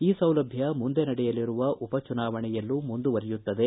ಈ ಸೌಲಭ್ಯ ಮುಂದೆ ನಡೆಯಲಿರುವ ಉಪಚುನಾವಣೆಯಲ್ಲೂ ಮುಂದುವರಿಯುತ್ತದೆ